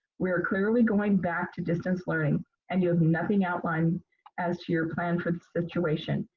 we are clearly going back to distance learning and you have nothing outlined as to your plan for the situation.